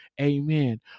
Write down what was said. Amen